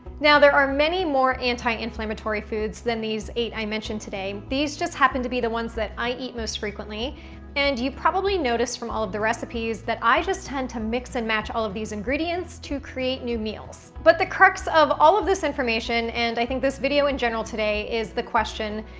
now there are many more anti-inflammatory foods than these eight i mentioned today. these just happen to be the ones that i eat most frequently and you probably noticed from all of the recipes that i just tend to mix and match all of these ingredients to create new meals, but the quirks of all of this information, and i think this video in general today is the question,